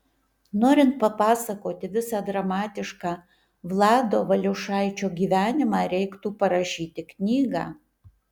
norint papasakoti visą dramatišką vlado valiušaičio gyvenimą reiktų parašyti knygą